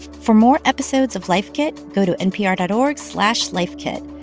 for more episodes of life kit, go to npr dot org slash lifekit.